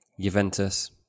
Juventus